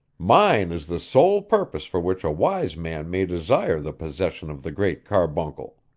mine is the sole purpose for which a wise man may desire the possession of the great carbuncle.